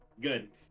Good